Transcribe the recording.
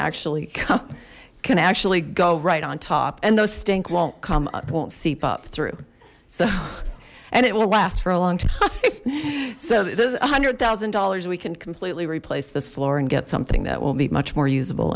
actually come can actually go right on top and those stink won't come won't seep up through so and it will last for a long time so there's one hundred thousand dollars we can completely replace this floor and get something that will be much more usable